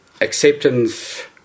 acceptance